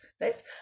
right